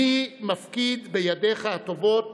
אני מפקיד בידיך הטובות